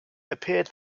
appeared